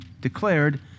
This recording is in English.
declared